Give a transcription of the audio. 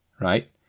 right